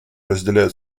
разделяют